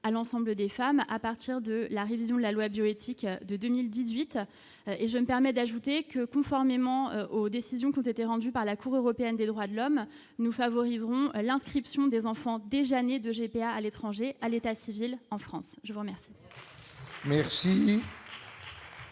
à l'ensemble des femmes à partir de la révision de la loi bioéthique de 2018 et je me permets d'ajouter que, conformément aux décisions qui ont été rendus par la Cour européenne des droits de l'homme, nous favoriserons l'inscription des enfants déjà nés de GPA à l'étranger à l'état civil, en France, je vous remercie. Merci.